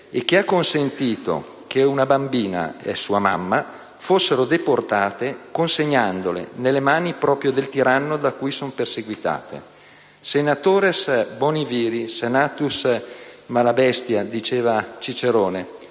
e che ha consentito che una bambina e la sua mamma fossero deportate, consegnandole nelle mani proprio del tiranno da cui sono perseguitate. «*Senatores boni viri, senatus mala bestia*», diceva Cicerone.